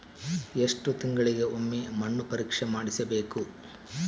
ಎಷ್ಟು ತಿಂಗಳಿಗೆ ಒಮ್ಮೆ ಮಣ್ಣು ಪರೇಕ್ಷೆ ಮಾಡಿಸಬೇಕು?